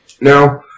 now